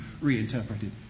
reinterpreted